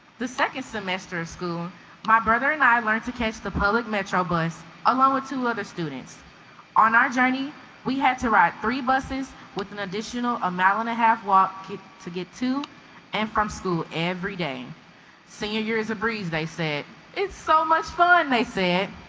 the second semester of school my brother and i learned to catch the public metro bus along with two other students on our journey we had to ride three buses with an additional ah mile and a half walk to get to and from school every day senior year is a breeze they said it's so much fun they said